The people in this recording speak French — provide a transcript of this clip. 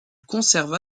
conserva